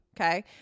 Okay